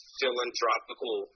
philanthropical